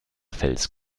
fels